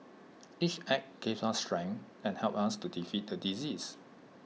each act gave us strength and helped us to defeat the disease